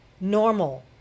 normal